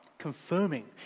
Confirming